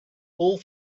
all